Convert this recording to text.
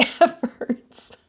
efforts